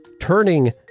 turning